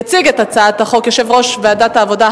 יציג את הצעת החוק יושב-ראש ועדת העבודה,